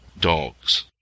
dogs